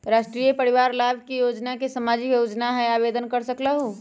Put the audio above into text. राष्ट्रीय परिवार लाभ योजना सामाजिक योजना है आवेदन कर सकलहु?